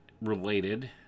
related